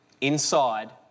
inside